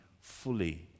fully